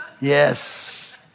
Yes